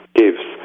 gives